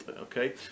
okay